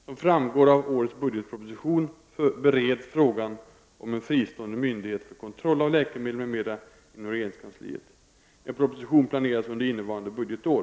Som framgår av årets budgetproposition bereds frågan om en fristående myndighet för kontroll av läkemedel m.m. inom regeringskansliet. En proposition planeras under innevarande budgetår.